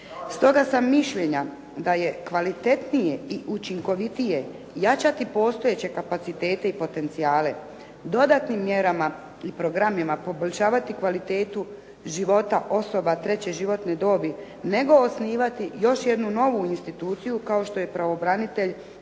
Stoga sam mišljenja da je kvalitetnije i učinkovitije jačati postojeće kapacitete i potencijale, dodatnim mjerama i programima poboljšavati kvalitetu života osoba treće životne dobi nego osnivati još jednu novu instituciju kao što je pravobranitelj